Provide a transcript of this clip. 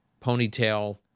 ponytail